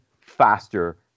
faster